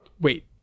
Wait